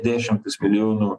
dešimtis milijonų